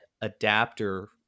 adapter